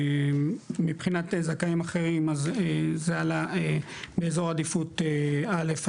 מבחינת זכאים אחרים אז זה עלה באזור עדיפות א',